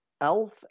Elf